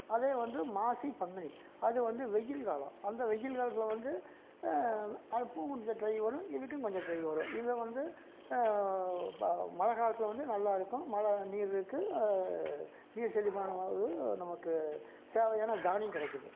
அதே வந்து மாசி பங்குனி அது வந்து வெயில் காலம் அந்த வெயில் காலத்தில் வந்து அதுக்கும் கொஞ்ச ட்ரை வரும் இதுக்கும் கொஞ்சம் ட்ரை வரும் இதை வந்து பா மழை காலத்தில் வந்து நல்லா இருக்கும் மழை நீர் இருக்கு நீர் செழிப்பான நமக்கு தேவையான தானியம் கிடைக்கிது